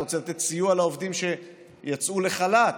אתה רוצה לתת סיוע לעובדים שיצאו לחל"ת,